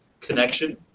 connection